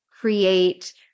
create